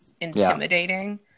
intimidating